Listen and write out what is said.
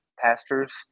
pastor's